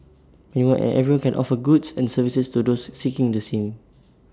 anyone and everyone can offer goods and services to those seeking the same